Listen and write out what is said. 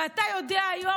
ואתה יודע היום,